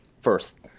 first